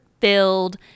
filled